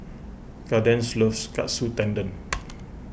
Kadence loves Katsu Tendon